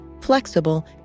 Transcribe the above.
flexible